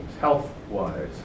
Health-wise